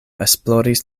esploris